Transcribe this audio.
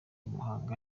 muhanga